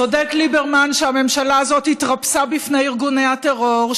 צודק ליברמן שהממשלה הזאת התרפסה בפני ארגוני הטרור,